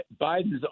Biden's